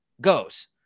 goes